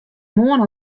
moarn